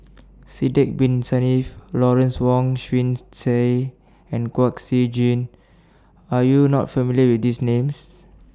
Sidek Bin Saniff Lawrence Wong Shyun Tsai and Kwek Siew Jin Are YOU not familiar with These Names